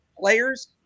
Players